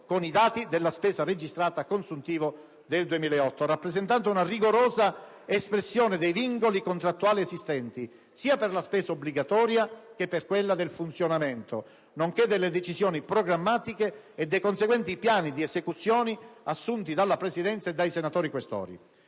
con i dati della spesa registrata a consuntivo nel 2008, rappresentando una rigorosa espressione dei vincoli contrattuali esistenti, sia per la spesa obbligatoria che per quella di funzionamento, nonché delle decisioni programmatiche e dei conseguenti piani di esecuzione assunti dalla Presidenza e dai senatori Questori.